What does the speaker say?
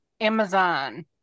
Amazon